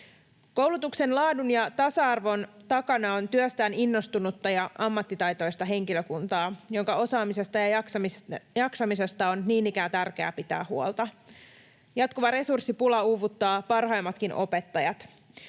Koulutuksen laadun ja tasa-arvon takana on työstään innostunutta ja ammattitaitoista henkilökuntaa, jonka osaamisesta ja jaksamisesta on niin ikään tärkeää pitää huolta. Jatkuva resurssipula uuvuttaa parhaimmatkin opettajat.